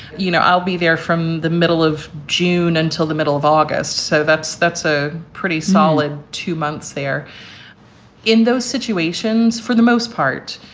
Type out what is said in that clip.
you know i'll be there from the middle of june until the middle of august. so that's that's a pretty solid two months there in those situations for the most part.